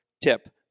tip